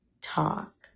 talk